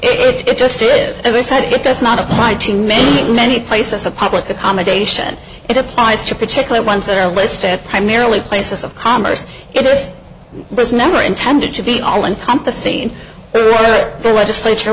just is it is that it does not apply to many many places of public accommodation it applies to particular ones that are listed primarily places of commerce it was never intended to be all encompassing the legislature